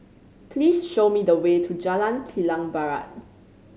please show me the way to Jalan Kilang Barat